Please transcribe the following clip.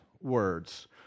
words